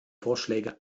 vorschläge